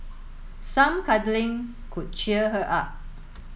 some cuddling could cheer her up